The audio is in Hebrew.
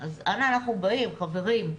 אז אנה אנחנו באים, חברים?